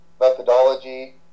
methodology